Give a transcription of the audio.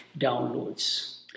downloads